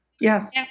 Yes